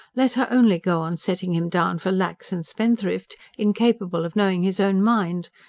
let her only go on setting him down for lax and spendthrift, incapable of knowing his own mind.